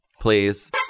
Please